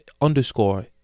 underscore